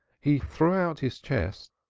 he threw out his chest,